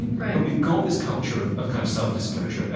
and but we've got this culture of of kind of self-disclosure. and